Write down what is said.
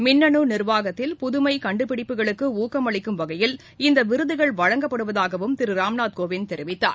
மின்னு நிர்வாகத்தில் புதுமை கண்டுபிடிப்புகளுக்கு ஊக்கமளிக்கும் வகையில் இந்த விருதுகள் வழங்கப்படுவதாகவும் திரு ராம்நாத் கோவிந்த் தெரிவித்தார்